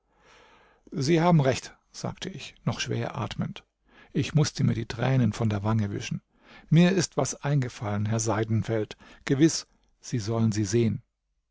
sie haben recht sagte ich noch schwer atmend ich mußte mir die tränen von der wange wischen mir ist was eingefallen herr seidenfeld gewiß sie sollen sie sehn